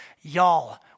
Y'all